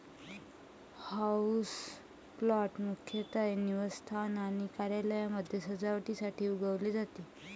houseplant मुख्यतः निवासस्थान आणि कार्यालयांमध्ये सजावटीसाठी उगवले जाते